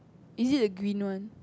is it the green one